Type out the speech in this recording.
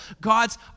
God's